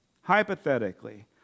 hypothetically